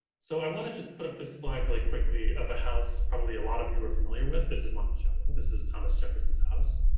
so i want to just put up the slide really quickly of a house probably a lot of you are familiar with, this is monticello. this is thomas jefferson's house.